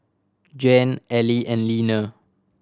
Jan Ally and Leaner